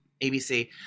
ABC